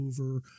over